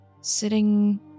sitting